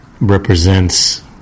represents